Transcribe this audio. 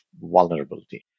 vulnerability